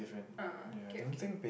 uh okay okay